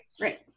Right